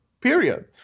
period